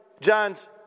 John's